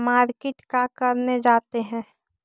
Market का करने जाते हैं?